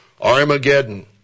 Armageddon